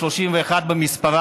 31 במספר,